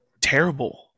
terrible